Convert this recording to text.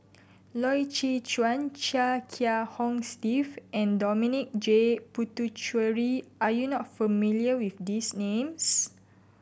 Loy Chye Chuan Chia Kiah Hong Steve and Dominic J Puthucheary are you not familiar with these names